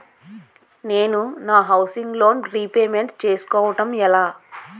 నేను నా housing loan repayment చేసుకోవటం ఎలా?